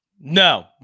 No